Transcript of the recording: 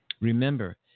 Remember